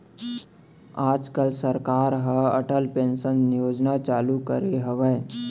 आज काल सरकार ह अटल पेंसन योजना चालू करे हवय